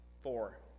four